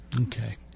Okay